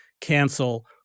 cancel